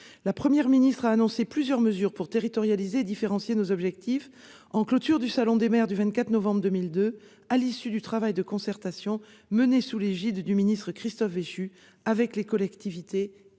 La Première ministre a annoncé plusieurs mesures pour territorialiser et différencier nos objectifs, en clôture du salon des maires, le 24 novembre 2022, à l'issue du travail de concertation mené sous l'égide du ministre Christophe Béchu avec les collectivités et